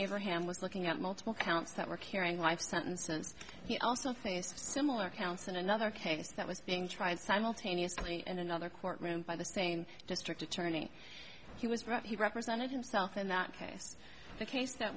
abraham was looking at multiple counts that were carrying life sentence and he also thing is similar counts in another case that was being tried simultaneously in another courtroom by the saying district attorney he was right he represented himself in that case the case that